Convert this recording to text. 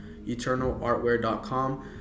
EternalArtware.com